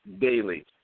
daily